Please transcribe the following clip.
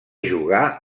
jugà